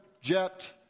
jet